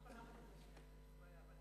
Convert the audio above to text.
אני מוכנה להשמיע לך, אבל אתה